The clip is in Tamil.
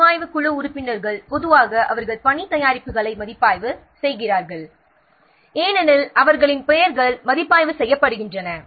மறுஆய்வு குழு உறுப்பினர்கள் பொதுவாக அவர்கள் பணி தயாரிப்புகளை மதிப்பாய்வு செய்கிறார்கள் ஏனெனில் அவர்களின் பெயர்கள் மதிப்பாய்வு செய்யப்படுகின்றன